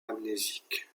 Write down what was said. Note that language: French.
amnésique